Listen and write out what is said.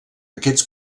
aquests